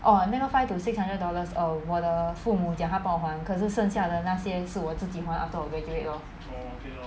orh 那个 five to six hundred dollars err 我的父母讲他帮我还可是剩下的那些是我自己还 after 我 graduate lor